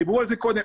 דיברו על זה קודם.